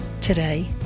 today